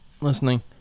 listening